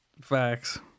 Facts